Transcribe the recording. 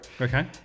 Okay